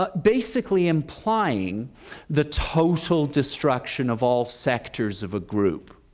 but basically, implying the total destruction of all sectors of a group.